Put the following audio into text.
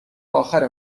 آخر